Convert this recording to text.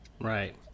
Right